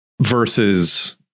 versus